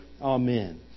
Amen